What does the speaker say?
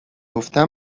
افتد